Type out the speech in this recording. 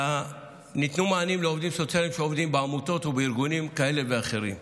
שניתנו מענים לעובדים סוציאליים שעובדים בעמותות ובארגונים כאלה ואחרים.